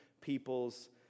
people's